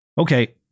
Okay